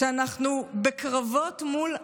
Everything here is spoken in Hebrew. כשאנחנו בקרבות מול עזה,